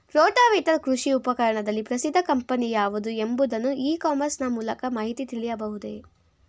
Rotavator ಕೃಷಿ ಉಪಕರಣದಲ್ಲಿ ಪ್ರಸಿದ್ದ ಕಂಪನಿ ಯಾವುದು ಎಂಬುದನ್ನು ಇ ಕಾಮರ್ಸ್ ನ ಮೂಲಕ ಮಾಹಿತಿ ತಿಳಿಯಬಹುದೇ?